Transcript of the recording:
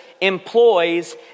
employs